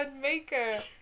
maker